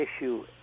issue